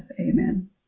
Amen